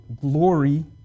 glory